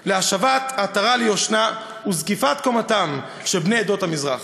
של השבת עטרה ליושנה וזקיפת קומתם של בני עדות המזרח.